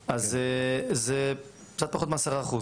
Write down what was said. אז זה קצת פחות מעשרה אחוז.